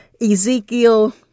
Ezekiel